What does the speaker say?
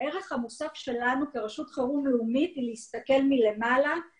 הערך המוסף שלנו כרשות חירום לאומית היא להסתכל מלמעלה,